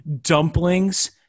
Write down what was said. dumplings